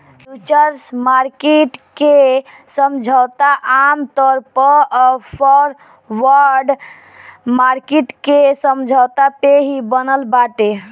futures market के समझौता आमतौर पअ फॉरवर्ड मार्किट के समझौता पे ही बनल बाटे